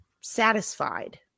satisfied